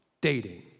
dating